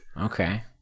okay